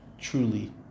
truly